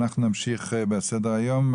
אנחנו נמשיך בסדר היום,